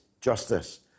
justice